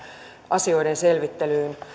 asioiden selvittelyyn